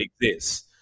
exists